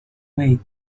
wait